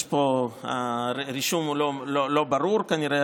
הרישום לא ברור כנראה,